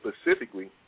Specifically